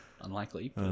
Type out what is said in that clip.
Unlikely